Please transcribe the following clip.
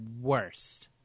worst